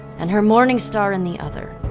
and her morningstar in the other,